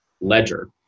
ledger